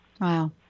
Wow